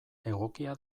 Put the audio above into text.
egokia